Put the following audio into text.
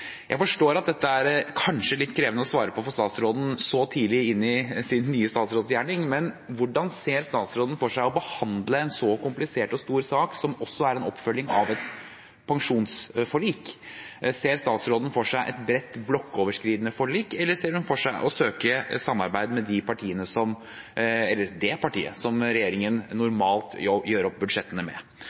Jeg forstår at dette kanskje er litt krevende å svare på for statsråden så tidlig inn i sin nye statsrådsgjerning, men hvordan ser statsråden for seg å behandle en så komplisert og stor sak, som også er en oppfølging av et pensjonsforlik? Ser statsråden for seg et bredt blokkoverskridende forlik, eller ser hun for seg å søke samarbeid med det partiet som regjeringen normalt gjør opp budsjettene med?